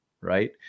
right